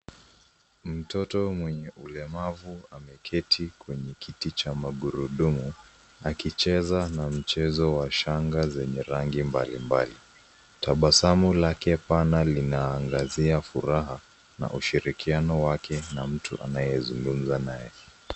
Mtoto mwenye ulemavu ameketi kwenye kiti cha magurudumu akicheza na mchezo wa shanga zenye rangi mbalimbali. Tabasamu lake pana linaangazia furaha na ushirikiano wake na mtu anayezungumza naye.